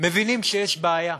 מבינים שיש בעיה,